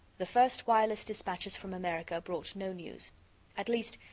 the first wireless dispatches from america brought no news at least,